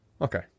Okay